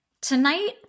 Tonight